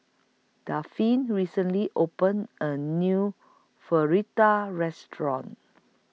Dafne recently opened A New Restaurant